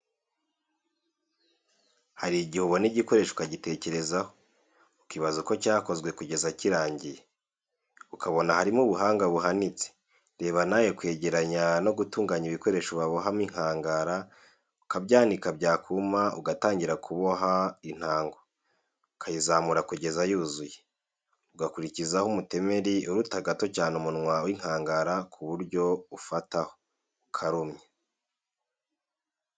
Hari igihe ubona igikoresho ukagitekerezaho, ukibaza uko cyakozwe kugeza kirangiye, ukabona harimo ubuhanga buhanitse, reba nawe kwegeranya no gutunganya ibikoresho babohamo inkangara, ukabyanika byakuma ugatangira kuboha intango, ukayizamura kugeza yuzuye, ugakurikizaho umutemeri uruta gato cyane umunwa w'inkangara ku buryo ufataho, ukarumya.